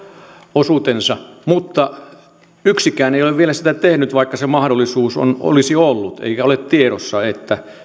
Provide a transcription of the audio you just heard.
osuutensa yksikään ei ole vielä sitä tehnyt vaikka se mahdollisuus olisi ollut eikä ole tiedossa että